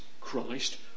Christ